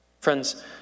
Friends